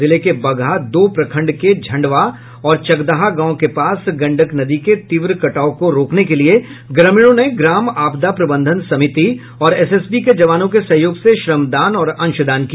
जिले के बगहा दो प्रखंड के झंडवा और चकदहा गांव के पास गंडक नदी के तीव्र कटाव को रोकने के लिए ग्रामीणों ने ग्राम आपदा प्रबंधन समिति और एसएसबी के जवानों के सहयोग से श्रमदान और अंशदान किया